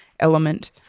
element